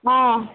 ஆ